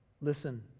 Listen